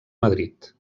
madrid